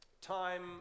time